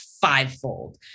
fivefold